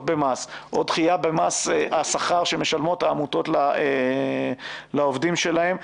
במס או דחייה במס השכר שמשלמות העמותות לעובדים שלהן.